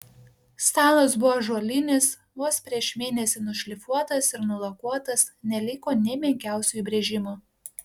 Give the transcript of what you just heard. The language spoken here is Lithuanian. stalas buvo ąžuolinis vos prieš mėnesį nušlifuotas ir nulakuotas neliko nė menkiausio įbrėžimo